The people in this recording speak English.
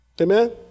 Amen